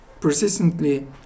persistently